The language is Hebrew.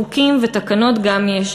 חוקים ותקנות גם יש,